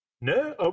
No